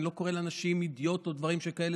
אני לא קורא לאנשים "אידיוט" או דברים שכאלה,